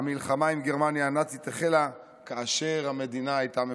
המלחמה עם גרמניה הנאצית החלה כאשר המדינה הייתה מפוצלת.